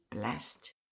blessed